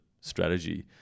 strategy